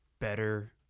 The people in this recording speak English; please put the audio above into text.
better